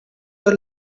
your